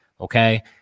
okay